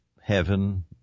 heaven